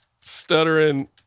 Stuttering